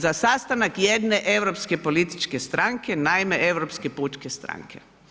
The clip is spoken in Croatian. Za sastanak jedne europske političke stranke, naime Europske pučke stranke.